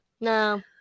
no